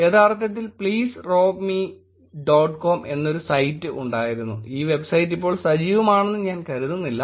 യഥാർത്ഥത്തിൽ please rob me dot com എന്നൊരു site ഉണ്ടായിരുന്നു ഈ വെബ്സൈറ്റ് ഇപ്പോൾ സജീവമാണെന്ന് ഞാൻ കരുതുന്നില്ല